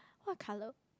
what colour